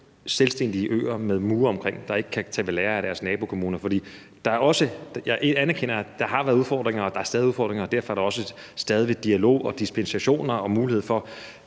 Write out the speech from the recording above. selvstændige øer med mure omkring, der ikke kan tage ved lære af deres nabokommuner. Jeg anerkender, at der har været udfordringer, og at der stadig er udfordringer, og derfor er der også stadig væk dialog og dispensationer og mulighed for